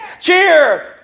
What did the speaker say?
cheer